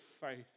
faith